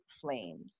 flames